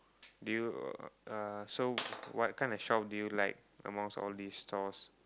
do you uh so what kind of shop do you like amongst all these stores